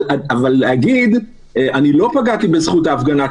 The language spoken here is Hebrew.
אבל להגיד: אני לא פגעתי בזכות ההפגנה,